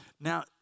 Now